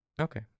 Okay